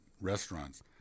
restaurants